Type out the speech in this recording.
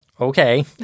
Okay